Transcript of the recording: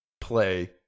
play